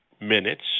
minutes